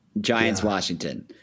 Giants-Washington